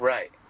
Right